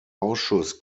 ausschuss